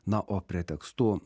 na o pretekstu